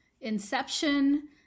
Inception